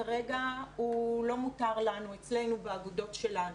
כרגע הוא לא מותר לנו אצלנו בעבודות שלנו.